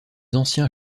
anciens